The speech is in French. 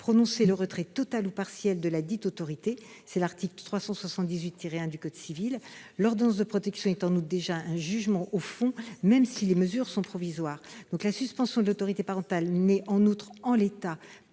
prononcer le retrait total ou partiel de ladite autorité, sur la base de l'article 378-1 du code civil. L'ordonnance de protection est déjà un jugement au fond, même si les mesures sont provisoires. La suspension de l'autorité parentale n'est, en outre, en l'état,